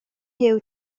huw